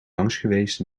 langsgeweest